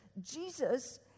Jesus